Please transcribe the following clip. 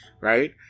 right